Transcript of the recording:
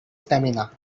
stamina